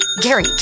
Gary